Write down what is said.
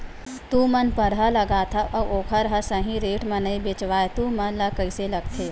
तू मन परहा लगाथव अउ ओखर हा सही रेट मा नई बेचवाए तू मन ला कइसे लगथे?